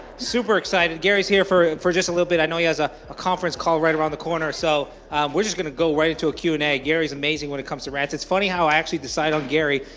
super excited, gary's here for for just a little bit. i know he has a a conference call right around the corner, so we're just gonna go right into a q and a. gary's amazing when it comes to rants, it's funny how i actually decided on gary.